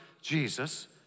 Jesus